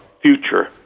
future